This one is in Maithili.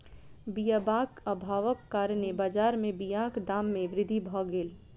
बीयाक अभावक कारणेँ बजार में बीयाक दाम में वृद्धि भअ गेल